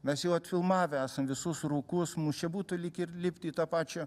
mes jau atfilmavę esam visus rūkus mums čia būtų lyg ir lipti į tą pačią